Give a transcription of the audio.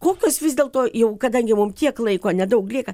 kokios vis dėlto jau kadangi mum tiek laiko nedaug lieka